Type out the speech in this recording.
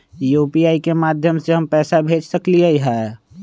UPI के माध्यम से हम पैसा भेज सकलियै ह?